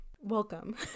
Welcome